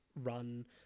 run